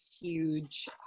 huge